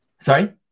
Sorry